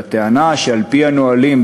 בטענה שעל-פי נהלים,